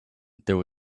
there